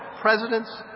presidents